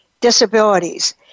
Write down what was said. disabilities